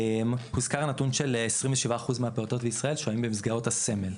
הוזכר נתון של 27% מהפעוטות בישראל שוהים במסגרות הסמל.